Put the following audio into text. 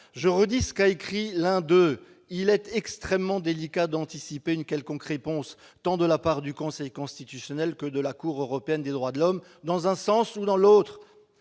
Je relis ce qu'a écrit l'un d'eux :« Il est extrêmement délicat d'anticiper une quelconque réponse, tant de la part du Conseil constitutionnel que de la Cour européenne des droits de l'homme, dans un sens ou dans l'autre